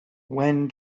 when